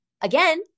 again